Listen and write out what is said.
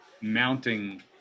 mounting